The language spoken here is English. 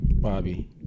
bobby